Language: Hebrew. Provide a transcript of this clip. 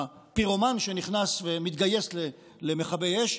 הפירומן שנכנס ומתגייס למכבי אש,